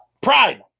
pride